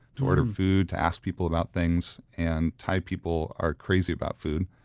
to order food, to ask people about things. and thai people are crazy about food,